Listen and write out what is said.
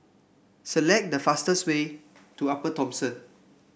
select the fastest way to Upper Thomson